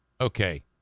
okay